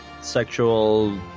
sexual